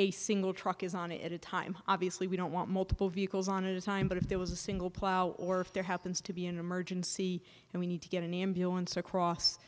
a single truck is on it at a time obviously we don't want multiple vehicles on a time but if there was a single plow or if there happens to be an emergency and we need to get an ambulance across